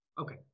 Okay